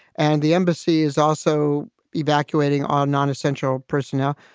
and the embassy is also evacuating all nonessential personnel.